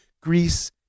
Greece